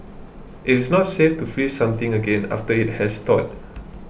it is not safe to freeze something again after it has thawed